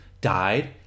died